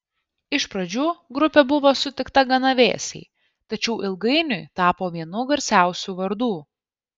iš pradžių grupė buvo sutikta gana vėsiai tačiau ilgainiui tapo vienu garsiausių vardų